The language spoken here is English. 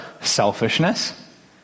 selfishness